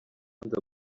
nza